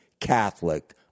Catholic